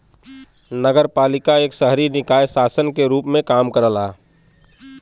नगरपालिका एक शहरी निकाय शासन के रूप में काम करला